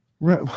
Right